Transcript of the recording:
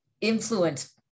influence